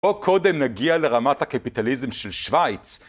בוא קודם נגיע לרמת הקפיטליזם של שוויץ